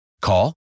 Call